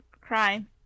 crime